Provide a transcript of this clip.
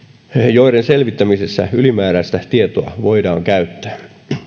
joiden selvittämisessä ylimääräistä tietoa voidaan käyttää